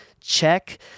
check